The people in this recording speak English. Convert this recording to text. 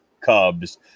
Cubs